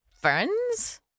friends